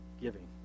Giving